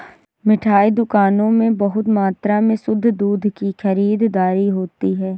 मिठाई दुकानों में बहुत मात्रा में शुद्ध दूध की खरीददारी होती है